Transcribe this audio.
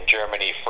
Germany